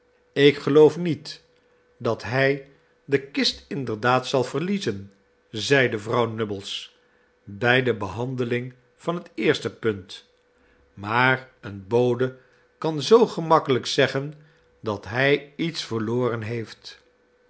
ik geloof niet dat hij de kist inderdaad zal verliezen zeide vrouw nubbles bij de behandeling van het eerste punt maar een bode kan zoo gemakkelijk zeggen dat hij iets verloren heeft